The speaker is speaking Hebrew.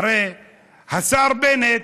הרי השר בנט